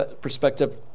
perspective